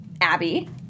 Abby